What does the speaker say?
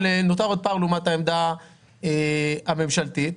פער לעומת העמדה הממשלתית,